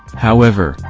however,